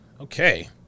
Okay